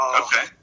Okay